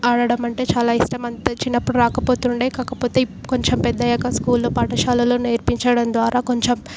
ఆడటం అంటే చాలా ఇష్టం అంత చిన్నప్పుడు రాకపోతుండే కాకపోతే కొంచెం పెద్దయ్యాక స్కూల్లో పాఠశాలలో నేర్పించడం ద్వారా కొంచెం